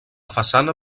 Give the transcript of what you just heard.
façana